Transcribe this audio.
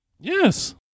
Yes